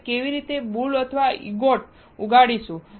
આપણે કેવી રીતે બૂલ અથવા ઇંગોટ ઉગાડીશું